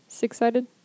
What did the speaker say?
Six-sided